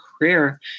career